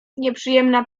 nieprzyjemna